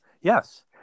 Yes